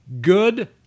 Good